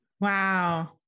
Wow